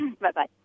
Bye-bye